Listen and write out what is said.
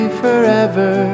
forever